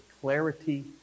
clarity